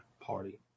party